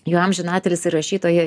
jau amžiną atilsį rašytoją